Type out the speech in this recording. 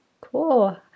Cool